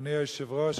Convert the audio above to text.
אדוני היושב-ראש,